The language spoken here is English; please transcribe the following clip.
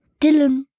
Dylan